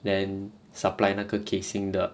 then supply 那个 casing 的